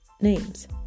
names